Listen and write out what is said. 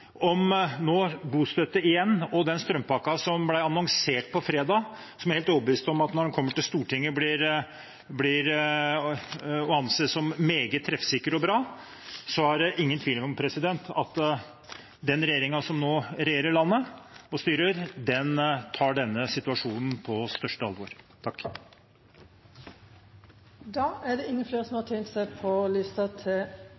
om bostøtte igjen og til strømpakken som ble annonsert på fredag, som jeg er helt overbevist om blir å anse som meget treffsikker og bra når den kommer til Stortinget. Så det er ingen tvil om at den regjeringen som nå styrer og regjerer landet, tar denne situasjonen på største alvor. Flere har ikke bedt om ordet til sak nr. 8. Dette er en debatt jeg har sett frem til.